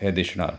हे दिसणार